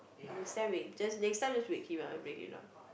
next time we just next time just wake him up and bring him down